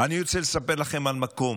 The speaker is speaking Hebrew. אני רוצה לספר לכם על מקום,